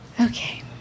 Okay